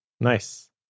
nice